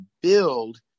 build